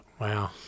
wow